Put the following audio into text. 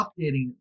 updating